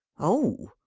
oh!